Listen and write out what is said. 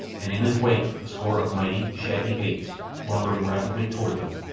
and in his wake a score of mighty, shaggy apes lumbering rapidly toward them,